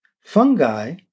Fungi